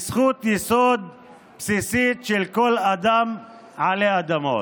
כזכות יסוד בסיסית של כל אדם עלי אדמות.